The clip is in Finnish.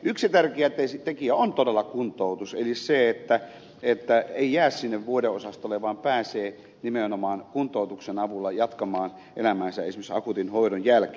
yksi tärkeä tekijä on todella kuntoutus eli se että ei jää sinne vuodeosastolle vaan pääsee nimenomaan kuntoutuksen avulla jatkamaan elämäänsä esimerkiksi akuutin hoidon jälkeen